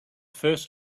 first